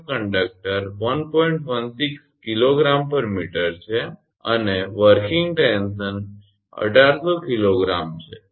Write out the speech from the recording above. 16 𝐾𝑔 𝑚 છે અને કાર્યકારી ટેન્શન 1800 𝐾𝑔 છે